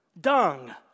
dung